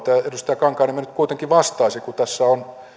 edustaja kankaanniemi nyt kuitenkin vastaisi kun tässä on